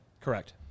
Correct